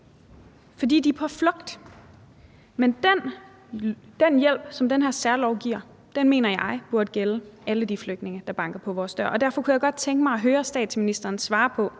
for de er på flugt. Men den hjælp, som den her særlov giver, mener jeg burde gælde alle de flygtninge, der banker på vores dør. Derfor kunne jeg godt tænke mig at høre statsministeren svare på,